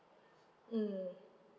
mm